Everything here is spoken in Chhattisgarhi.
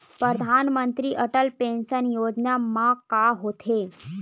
परधानमंतरी अटल पेंशन योजना मा का होथे?